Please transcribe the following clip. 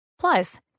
Plus